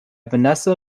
vanessa